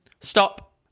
Stop